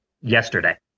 yesterday